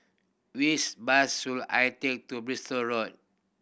which bus should I take to Bristol Road